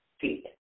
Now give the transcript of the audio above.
feet